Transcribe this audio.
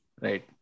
Right